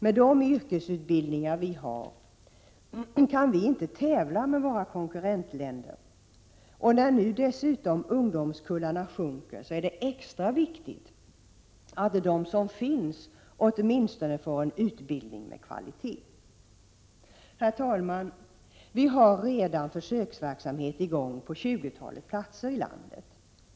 Med de yrkesutbildningar som vi har kan vi inte tävla med våra konkurrentländer. När nu dessutom ungdomskullarna minskar är det extra viktigt att de som finns åtminstone får en utbildning med kvalitet. Herr talman! Vi har redan försöksverksamhet i gång på tjugotalet platser i landet.